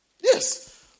Yes